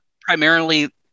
primarily